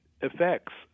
effects